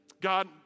God